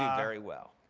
um very well.